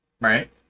Right